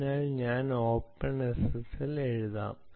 അതിനാൽ ഞാൻ ഓപ്പൺഎസ്എസ്എൽ എഴുതാം